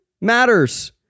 matters